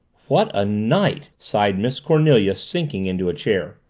what a night! sighed miss cornelia, sinking into a chair.